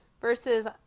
versus